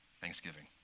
thanksgiving